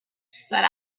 said